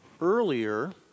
earlier